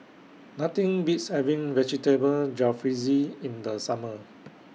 Nothing Beats having Vegetable Jalfrezi in The Summer